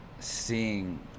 seeing